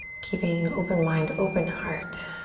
keeping open mind, open heart.